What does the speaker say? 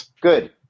Good